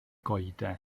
goeden